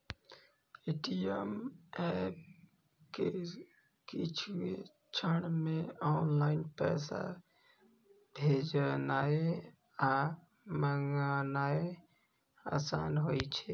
Paytm app सं किछुए क्षण मे ऑनलाइन पैसा भेजनाय आ मंगेनाय आसान होइ छै